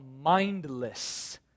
mindless